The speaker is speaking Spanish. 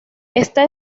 está